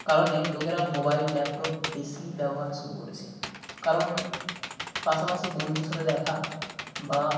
কারণে লোকেরা mobile laptop PC ব্যবহার শুরু করেছে কারণ পাশাপাশি বন্ধুর সাথে দেখা বা